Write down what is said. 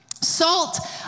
salt